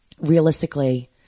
realistically